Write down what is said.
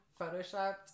photoshopped